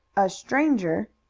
a stranger!